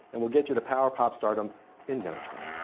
and we'll get you to power pop stardom in no time.